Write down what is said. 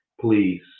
please